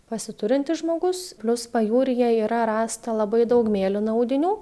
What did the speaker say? pasiturintis žmogus plius pajūryje yra rasta labai daug mėlynų audinių